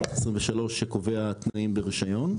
סעיף 23 שקובע תנאים ברשיון,